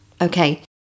Okay